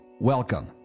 Welcome